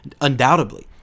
undoubtedly